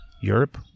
Europe